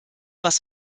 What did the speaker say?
was